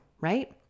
right